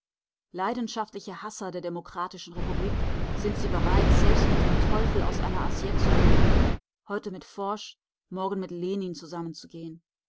leidenschaftliche hasser der demokratischen republik sind sie bereit selbst mit dem teufel aus einer assiette zu löffeln heute mit foch morgen mit lenin zusammenzugehen